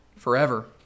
Forever